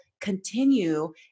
continue